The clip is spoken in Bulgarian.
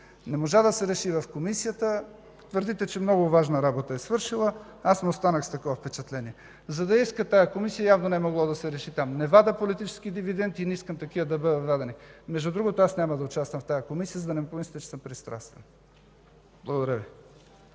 Не можá да се реши в Комисията. Твърдите, че много важна работа е свършила, аз не останах с такова впечатление. За да я искат тази Комисия, явно не е могло да се реши там. Не вадя политически дивиденти и не искам такива да бъдат вадени. Между другото аз няма да участвам в тази Комисия, за да не помислите, че съм пристрастен. Благодаря Ви.